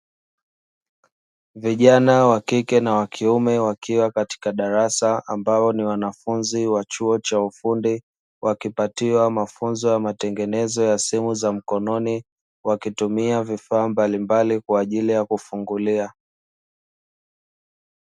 Vijana wa kike na wa kiume, wakiwa katika darasa, ambao ni wanafunzi wa chuo cha ufundi. Wakipatiwa mafunzo ya matengenezo ya simu za mkononi, wakitumia vifaa mbalimbali kwa ajili ya kufungulia .